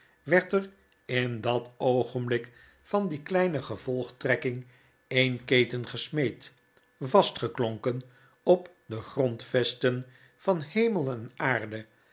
werd er in dat oogenblik van die kleine gevolgtrekking een keten gesmeed vastgeklonken op de grondvesten van hemel en aarde